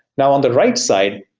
now on the write side,